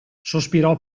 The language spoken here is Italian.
sospirò